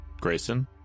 Grayson